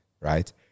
right